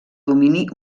domini